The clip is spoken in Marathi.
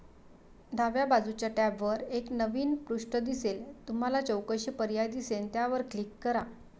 डाव्या बाजूच्या टॅबवर एक नवीन पृष्ठ दिसेल तुम्हाला चौकशी पर्याय दिसेल त्यावर क्लिक करा